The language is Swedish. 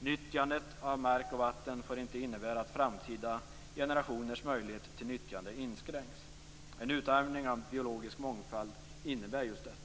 Nyttjandet av mark och vatten får inte innebära att framtida generationers möjligheter till nyttjande inskränks. En utarmning av den biologiska mångfalden innebär just detta.